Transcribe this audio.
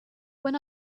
when